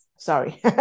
sorry